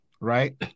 right